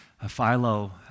Philo